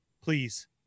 Please